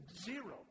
Zero